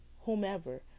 whomever